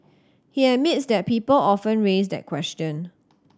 he admits that people often raise that question